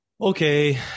Okay